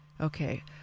okay